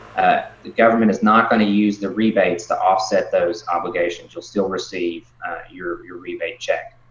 ah the government is not going to use the rebates to offset those obligations. you'll still receive your your rebate check.